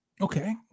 Okay